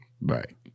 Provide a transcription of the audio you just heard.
Right